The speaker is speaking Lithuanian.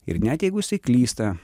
ir net jeigu jisai klysta